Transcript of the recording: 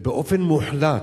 ובאופן מוחלט,